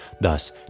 Thus